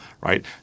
right